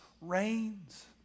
reigns